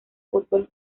fútbol